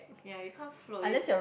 ya you can't float you